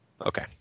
Okay